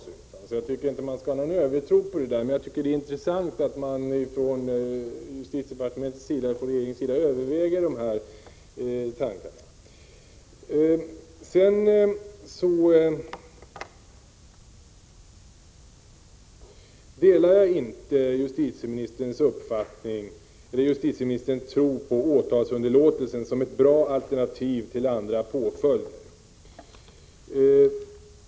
Jag tror alltså inte att man skall ha någon övertro på det här, men jag tycker att det är intressant att man inom justitiedepartementet och regeringen överväger dessa tankar. Jag delar inte justitieministerns tro på åtalsunderlåtelsen som ett bra alternativ till andra påföljder.